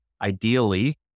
ideally